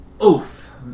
oath